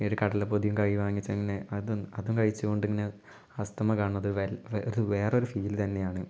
ഒരു കടലപ്പൊതി കയ്യിൽ വാങ്ങിച്ച് അങ്ങനെ അത് അതും കഴിച്ച് കൊണ്ടിങ്ങനെ അസ്തമയം കാണുന്നത് അത് വേറെ ഒരു ഫീൽ തന്നെയാണ്